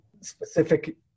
specific